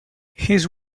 his